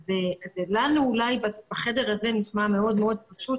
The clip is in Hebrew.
אז זה לנו אולי בחדר הזה נשמע מאוד מאוד פשוט